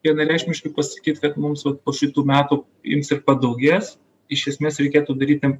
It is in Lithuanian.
vienareikšmiškai pasakyt kad mums po šitų metų ims ir padaugės iš esmės reikėtų daryti